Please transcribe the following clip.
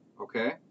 Okay